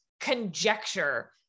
conjecture